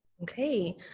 Okay